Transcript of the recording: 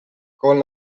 con